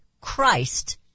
Christ